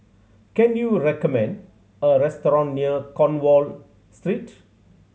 can you recommend a restaurant near Cornwall Street